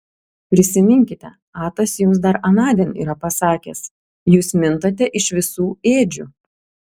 prisiminkite atas jums dar anądien yra pasakęs jūs mintate iš visų ėdžių